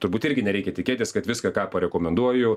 turbūt irgi nereikia tikėtis kad viską ką parekomenduoju